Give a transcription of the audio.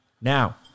Now